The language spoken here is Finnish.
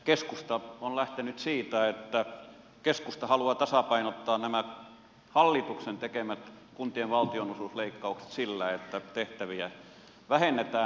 keskusta on lähtenyt siitä että keskusta haluaa tasapainottaa nämä hallituksen tekemät kuntien valtionosuusleikkaukset sillä että tehtäviä vähennetään